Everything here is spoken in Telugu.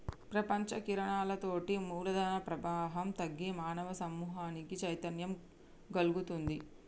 ప్రపంచీకరణతోటి మూలధన ప్రవాహం తగ్గి మానవ సమూహానికి చైతన్యం గల్గుతుంది